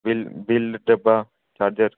bill bill डब्बा charger